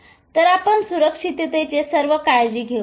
तर आपण सुरक्षिततेचे सर्व काळजी घेऊ